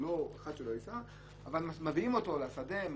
אבל מביאים אותו לשדה.